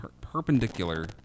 perpendicular